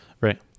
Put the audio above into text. right